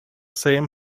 same